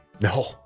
No